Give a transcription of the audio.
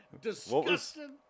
disgusting